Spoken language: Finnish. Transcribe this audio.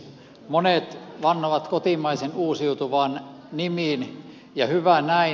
monet vannovat kotimaisen uusiutuvan nimiin ja hyvä näin